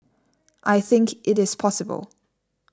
I think it is possible